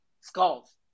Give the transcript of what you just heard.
Skulls